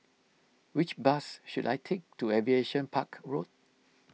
which bus should I take to Aviation Park Road